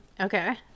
Okay